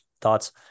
Thoughts